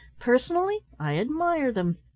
personally, i admire them.